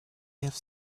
have